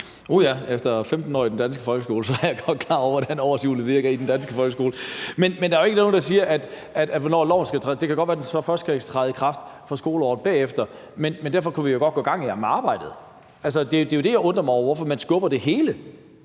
ja, efter 15 år i den danske folkeskole er jeg godt klar over, hvordan årshjulet virker i den danske folkeskole. Men det kan jo godt være, at loven så først skal træde i kraft for skoleåret bagefter, men derfor kunne vi jo godt gå i gang med arbejdet. Det er jo det, jeg undrer mig over, altså hvorfor man skubber det hele